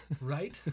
Right